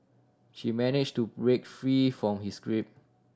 she managed to break free from his grip